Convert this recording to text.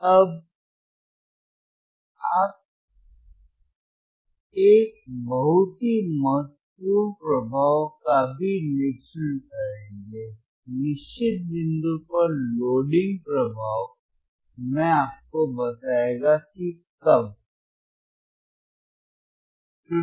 आप एक बहुत ही महत्वपूर्ण प्रभाव का भी निरीक्षण करेंगे निश्चित बिंदु पर लोडिंग प्रभाव मैं आपको बताएगा कि कब